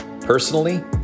Personally